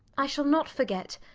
i shall not forget.